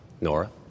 Nora